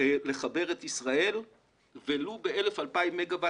לחבר את ישראל ולו ב-2,000-1,000 מגה-ואט